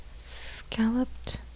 Scalloped